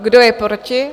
Kdo je proti?